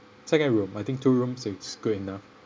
second room I think two rooms is good enough